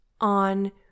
on